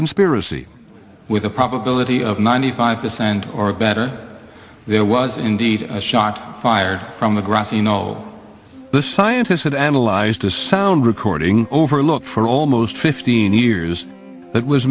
conspiracy with a probability of ninety five percent or better there was indeed a shot fired from the grass you know the scientists had analyzed the sound recording over look for almost fifteen years that was